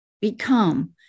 become